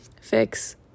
fix